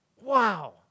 Wow